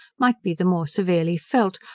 might be the more severely felt,